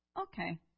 Okay